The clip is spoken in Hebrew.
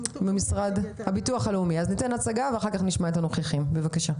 הביטוח הלאומי, תציגו את הדברים בבקשה.